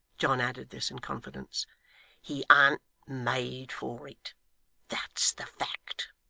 john added this in confidence he an't made for it that's the fact